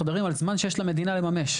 אנחנו מדברים על זמן שיש למדינה לממש,